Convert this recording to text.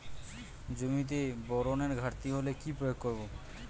জমিতে বোরনের ঘাটতি হলে কি প্রয়োগ করব?